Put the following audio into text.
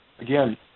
again